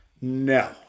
No